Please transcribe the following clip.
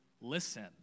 listen